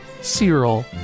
Cyril